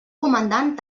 comandant